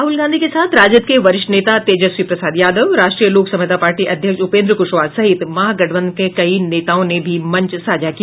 राहुल गांधी के साथ राजद के वरिष्ठ नेता तेजस्वी प्रसाद यादव राष्ट्रीय लोक समता पार्टी अध्यक्ष उपेन्द्र कुशवाहा सहित महागठबंधन के कई नेताओं ने भी मंच साझा किया